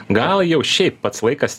gal jau šiaip pats laikas